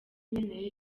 nkeneye